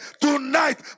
tonight